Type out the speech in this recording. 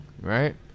right